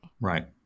Right